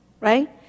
right